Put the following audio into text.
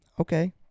Okay